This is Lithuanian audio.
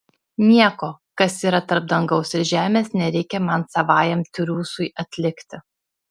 nieko kas yra tarp dangaus ir žemės nereikia man savajam triūsui atlikti